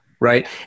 Right